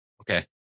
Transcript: Okay